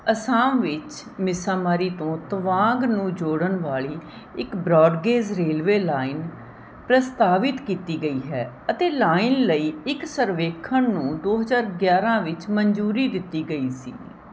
ਅਸਾਮ ਵਿੱਚ ਮਿਸਾਮਾਰੀ ਤੋਂ ਤਵਾਂਗ ਨੂੰ ਜੋੜਨ ਵਾਲੀ ਇੱਕ ਬ੍ਰੌਡਗੇਜ਼ ਰੇਲਵੇ ਲਾਈਨ ਪ੍ਰਸਤਾਵਿਤ ਕੀਤੀ ਗਈ ਹੈ ਅਤੇ ਲਾਈਨ ਲਈ ਇੱਕ ਸਰਵੇਖਣ ਨੂੰ ਦੋ ਹਜ਼ਾਰ ਗਿਆਰ੍ਹਾਂ ਵਿੱਚ ਮਨਜ਼ੂਰੀ ਦਿੱਤੀ ਗਈ ਸੀ